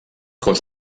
cos